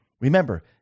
Remember